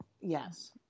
Yes